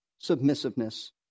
Submissiveness